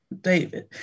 David